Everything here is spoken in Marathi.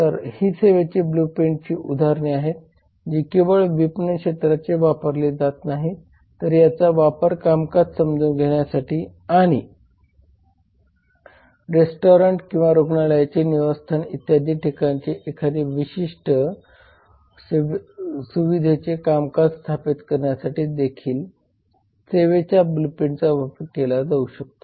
तर ही सेवेच्या ब्लूप्रिंटची उदाहरणे आहेत जी केवळ विपणन क्षेत्रात वापरले जात नाहीत तर याचा वापर कामकाज समजून घेण्यासाठी आणि रेस्टॉरंट किंवा रुग्णाचे निवासस्थान इत्यादी ठिकाणचे एखादे विशिष्ट सुविधेचे कामकाज स्थापित करण्यासाठी देखील सेवेच्या ब्लूप्रिंटचा वापर केला जाऊ शकतो